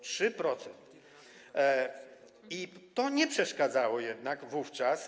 3%! I to nie przeszkadzało jednak wówczas.